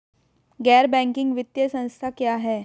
गैर बैंकिंग वित्तीय संस्था क्या है?